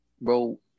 bro